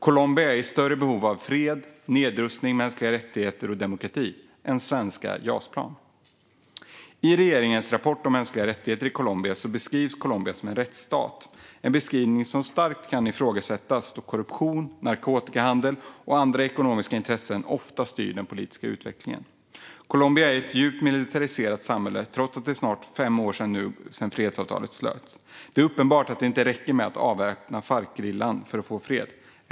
Colombia är i större behov av fred, nedrustning, mänskliga rättigheter och demokrati än av svenska Jas-plan. I regeringens rapport om mänskliga rättigheter i Colombia beskrivs Colombia som en rättsstat, en beskrivning som starkt kan ifrågasättas då korruption, narkotikahandel och andra ekonomiska intressen ofta styr den politiska utvecklingen. Colombia är ett djupt militariserat samhälle, trots att det nu är snart fem år sedan fredsavtalet slöts. Det är uppenbart att det inte räcker med att avväpna Farcgerillan för att få fred.